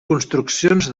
construccions